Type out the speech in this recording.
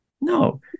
No